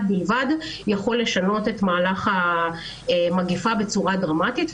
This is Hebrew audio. יכול לשנות את מהלך המגפה בצורה דרמטית.